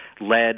led